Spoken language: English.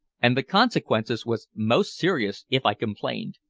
and the consequence was most serious if i complained.